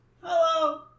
Hello